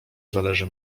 zależy